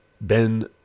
Ben